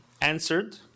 answered